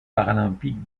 paralympiques